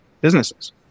businesses